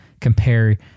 compare